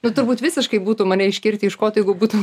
nu turbūt visiškai būtų mane iškirtę iš koto jeigu būtų